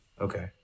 okay